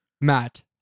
Matt